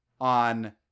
on